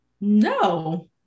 No